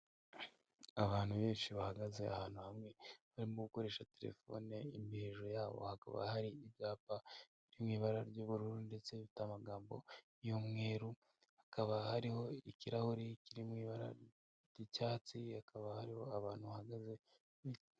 Abantu benshi bahagaze ahantu hamwe, barimo gukoresha telefone, imbere hejuru yabo hakaba hari ibyapa byo mu ibara ry'ubururu ndetse bifite amagambo y'umweru, hakaba hariho ikirahuri kiri mu ibara ry'icyatsi, hakaba hariho abantu bahagaze.